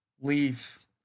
leave